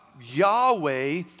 Yahweh